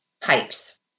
pipes